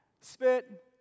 Spit